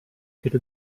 could